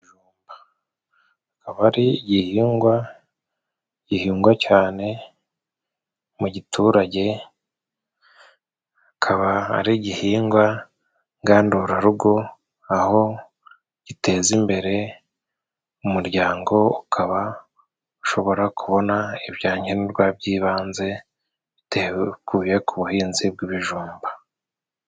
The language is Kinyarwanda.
Ikijumba. Akaba ari igihingwa gihingwa cane mu giturage, akaba ari igihingwa ngandurarugo, aho giteza imbere umuryango ukaba ushobora kubona ibya nkenerwa by'ibanze, bitewe ukuye ku buhinzi bw'ibijumba.